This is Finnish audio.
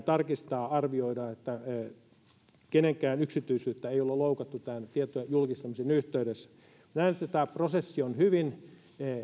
tarkistaa ja arvioida että kenenkään yksityisyyttä ei ole loukattu tietojen julkistamisen yhteydessä näette että tämä prosessi on hyvin